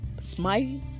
Smile